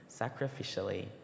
sacrificially